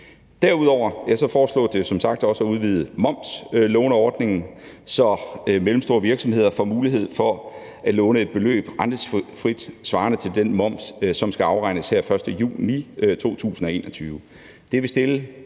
Derudover foreslås det som sagt også at udvide momslåneordningen, så mellemstore virksomheder får mulighed for at låne et beløb rentefrit svarende til den moms, som skal afregnes her den 1. juni 2021.